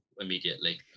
immediately